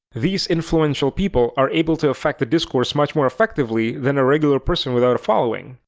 these influential people are able to affect the discourse much more effectively than a regular person without a following.